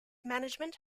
management